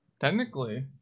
technically